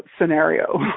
scenario